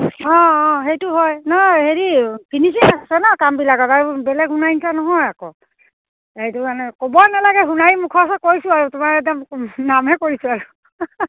অঁ অঁ সেইটো হয় নহয় হেৰি ফিনিচিং আছে ন কামবিলাকত আৰু বেলেগ সোণাৰীৰ নিচিনা নহয় আকৌ সেইটো মানে ক'ব নালাগে সোণাৰীৰ মুখৰ ওচৰত কৈছোঁ আৰু তোমাৰ একদম নামহে কৰিছোঁ আৰু